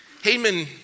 Haman